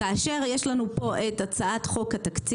כאשר יש לנו כאן את הצעת חוק התקציב